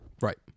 Right